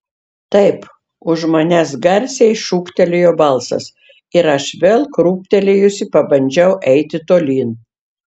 taip už manęs garsiai šūktelėjo balsas ir aš vėl krūptelėjusi pabandžiau eiti tolyn